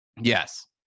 Yes